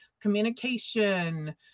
communication